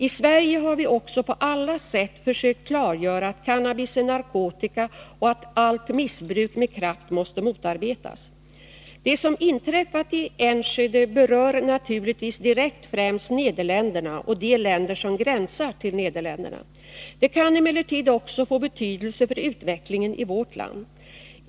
I Sverige har vi också på alla sätt försökt klargöra att cannabis är narkotika och att allt missbruk med kraft måste motarbetas. Det som inträffat i Enschede berör naturligtvis direkt främst Nederländerna och de länder som gränsar till Nederländerna. Det kan emellertid också få betydelse för utvecklingen i vårt land.